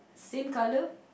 same colour